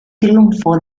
triunfo